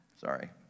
Sorry